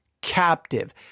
captive